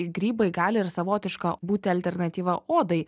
grybai gali ir savotiška būti alternatyva odai